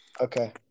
Okay